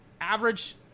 average